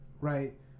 right